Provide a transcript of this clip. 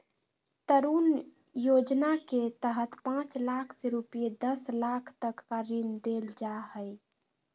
तरुण योजना के तहत पांच लाख से रूपये दस लाख तक का ऋण देल जा हइ